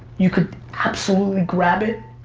you could absolutely grab it,